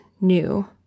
new